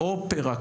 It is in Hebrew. אופרה,